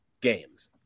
games